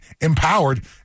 empowered